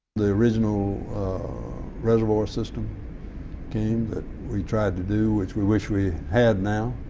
the original reservoir system came that we tried to do, which we wish we had now.